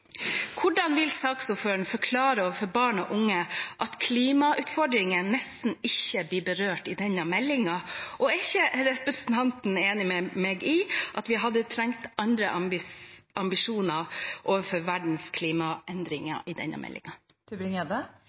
Hvordan vil saksordføreren forklare overfor barn og unge at klimautfordringen nesten ikke blir berørt i denne meldingen? Er ikke representanten enig med meg i at vi hadde trengt andre ambisjoner overfor verdens klimaendringer? Jeg er enig med representanten Fagerås i